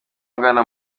ungana